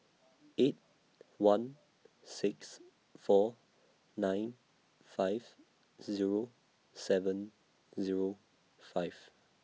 eight one six four nine five Zero seven Zero five